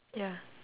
ya